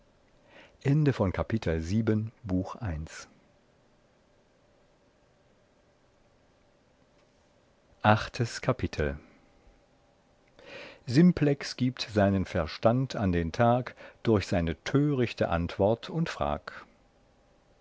achte kapitel simplex gibt seinen verstand an den tag durch seine törichte antwort und frag